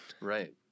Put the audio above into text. Right